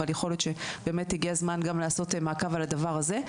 אבל יכול להיות שבאמת הגיע הזמן לעשות מעקב גם על הדבר הזה.